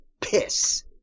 piss